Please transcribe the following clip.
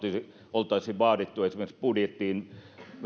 oltaisiin vaadittu esimerkiksi budjettiin